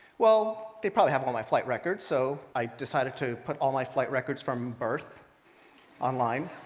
well they probably have all my flight records, so i decided to put all my flight records from birth online.